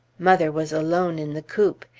mother was alone in the coop.